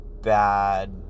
bad